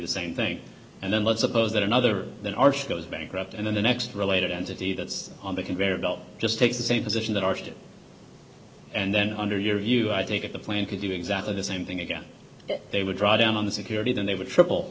the same thing and then let's suppose that another then our show goes bankrupt and then the next related entity that's on the conveyor belt just takes the same position that our city and then under your view i take it the plan could do exactly the same thing again they would draw down on the security that they were triple